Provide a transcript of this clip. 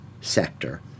sector